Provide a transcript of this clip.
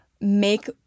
make